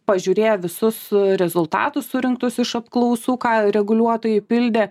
pažiūrėję visus rezultatus surinktus iš apklausų ką reguliuotojai pildė